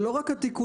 זה לא רק התיקונים,